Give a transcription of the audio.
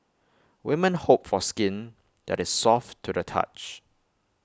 women hope for skin that is soft to the touch